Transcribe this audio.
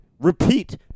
repeat